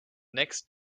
next